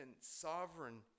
sovereign